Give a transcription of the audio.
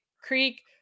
Creek